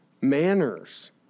Manners